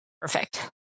Perfect